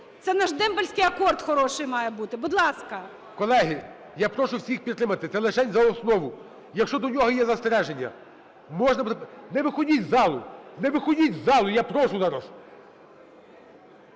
Це наш дембельский акорд хороший має бути. Будь ласка. ГОЛОВУЮЧИЙ. Колеги, я прошу всіх підтримати. Це лишень за основу. Якщо до нього є застереження, можна буде… Не виходіть із залу! Не виходіть із залу! Я прошу зараз.